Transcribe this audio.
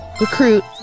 recruit